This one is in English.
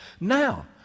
Now